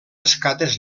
escates